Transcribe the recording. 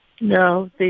No